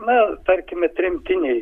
na tarkime tremtiniai